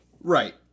Right